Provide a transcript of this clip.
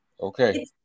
Okay